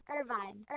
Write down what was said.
Irvine